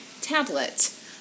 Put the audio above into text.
tablet